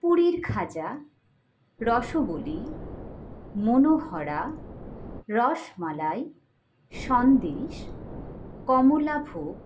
পুরীর খাজা রসবলি মনোহরা রসমালাই সন্দেশ কমলাভোগ